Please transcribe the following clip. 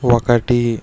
ఒకటి